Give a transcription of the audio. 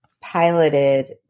piloted